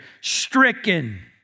stricken